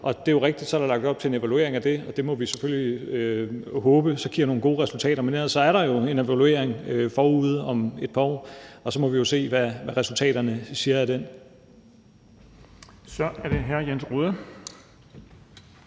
Og det er jo rigtigt, at der så er lagt op til en evaluering af det, og den må vi selvfølgelig håbe giver nogle gode resultater. Men ellers er der jo en evaluering forude her om et par år, og så må vi se, hvad resultaterne af den siger. Kl. 15:24 Den fg.